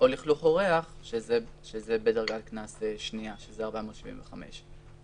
לכלוך או ריח, שזה בדרגה שנייה, שזה 475 שקלים.